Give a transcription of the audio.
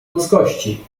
ludzkości